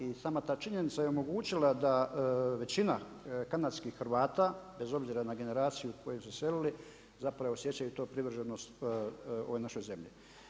I sama ta činjenica je omogućila da većina kanadskih Hrvata bez obzira na generaciju koji su odselili zapravo osjećaju tu privrženost ovoj našoj zemlji.